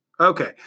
Okay